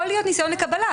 יכול להיות ניסיון לקבלה,